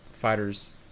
fighters